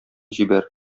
җибәр